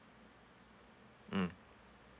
mm